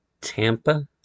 Tampa